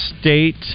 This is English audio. State